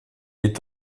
est